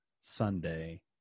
Sunday